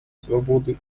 свободы